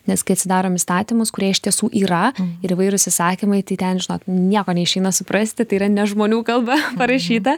nes kai atsidarom įstatymus kurie iš tiesų yra ir įvairūs įsakymai tai ten žinot nieko neišeina suprasti tai yra ne žmonių kalba parašyta